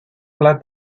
plat